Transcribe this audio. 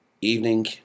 evening